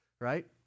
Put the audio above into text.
Right